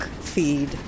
feed